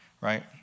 Right